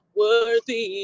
worthy